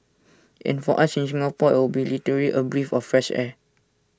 and for us in Singapore it'll be literally A breath of fresh air